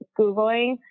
Googling